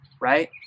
right